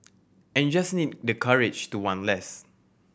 and you just need the courage to want less